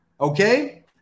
Okay